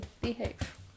Behave